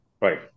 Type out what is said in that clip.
Right